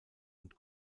und